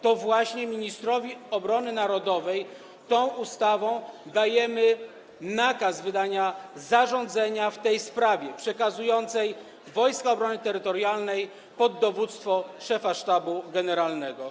To właśnie ministrowi obrony narodowej tą ustawą dajemy nakaz wydania zarządzenia w tej sprawie, chodzi o przekazanie Wojsk Obrony Terytorialnej pod dowództwo szefa Sztabu Generalnego.